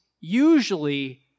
usually